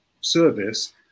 service